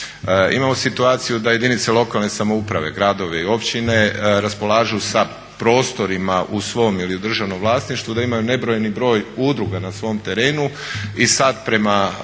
Imamo situaciju da jedinice lokalne samouprave, gradovi i općine raspolažu sa prostorima u svom ili u državnom vlasništvu i da imaju nebrojeni broj udruga na svom terenu i sad prema